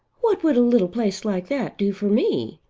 what would a little place like that do for me?